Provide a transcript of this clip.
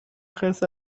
خرس